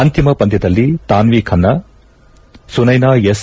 ಅಂತಿಮ ಪಂದ್ಯದಲ್ಲಿ ತಾನ್ವಿ ಖನ್ನಾ ಸುನ್ದೆನಾ ಎಸ್